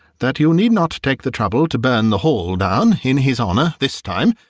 that you need not take the trouble to burn the hall down in his honour this time,